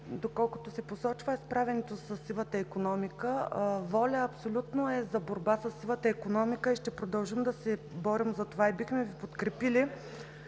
доколкото се посочва, е справянето със сивата икономика. „Воля“ абсолютно е за борба със сивата икономика и ще продължим да се борим за това. И бихме Ви подкрепили,